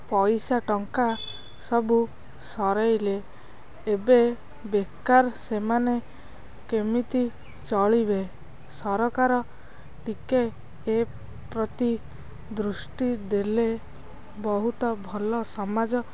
ପଇସା ଟଙ୍କା ସବୁ ସରେଇଲେ ଏବେ ବେକାର ସେମାନେ କେମିତି ଚଳିବେ ସରକାର ଟିକିଏ ଏ ପ୍ରତି ଦୃଷ୍ଟି ଦେଲେ ବହୁତ ଭଲ ସମାଜ